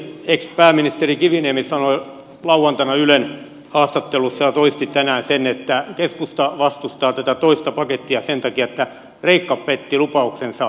ex pääministeri kiviniemi sanoi lauantaina ylen haastattelussa ja toisti tänään sen että keskusta vastustaa tätä toista pakettia sen takia että kreikka petti lupauksensa ensimmäisen kohdalla